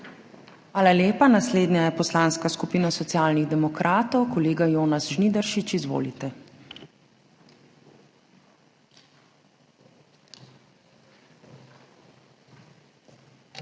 Hvala lepa. Naslednja je Poslanska skupina Socialnih demokratov. Kolega Jonas Žnidaršič, izvolite. **JONAS